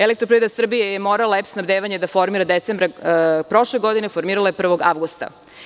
Elektroprivreda Srbije je morala EPS snabdevanje da formira decembra prošle godine, formirala ga je 1. avgusta.